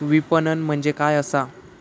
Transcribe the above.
विपणन म्हणजे काय असा?